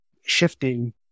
shifting